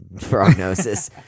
prognosis